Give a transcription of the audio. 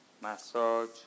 massage